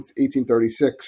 1836